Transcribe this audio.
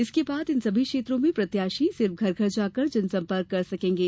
इसके बाद इन सभी क्षेत्रों में प्रत्याशी सिर्फ घर घर जाकर जनसंपर्क कर सकेंगे